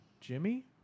jimmy